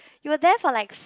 you were there for like